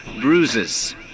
bruises